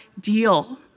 deal